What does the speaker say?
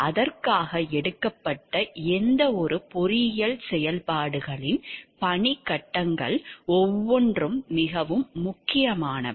அதற்காக எடுக்கப்பட்ட எந்தவொரு பொறியியல் செயல்பாடுகளின் பணிக் கட்டங்கள் ஒவ்வொன்றும் மிகவும் முக்கியமானவை